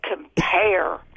compare